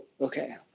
okay